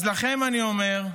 לכם אני אומר,